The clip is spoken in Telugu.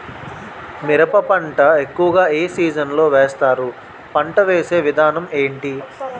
మిరప పంట ఎక్కువుగా ఏ సీజన్ లో వేస్తారు? పంట వేసే విధానం ఎంటి?